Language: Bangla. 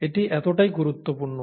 এটি এতটাই গুরুত্বপূর্ণ